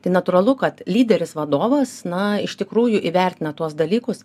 tai natūralu kad lyderis vadovas na iš tikrųjų įvertina tuos dalykus